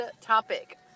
topic